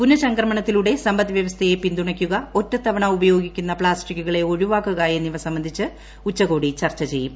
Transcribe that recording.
പുനഃചംക്രമണത്തിലൂടെ സമ്പദ് വൃദ്ധസ്ഥയെ പിന്തുണയ്ക്കുക ഒറ്റത്തവണ ഉപയോഗിക്കുന്നുപ്ലാസ്റ്റിക്കുകളെ ഒഴിവാക്കുക എന്നിവ സംബന്ധിച്ച് ഉച്ചകോടി ചർച്ച് ചെയ്യും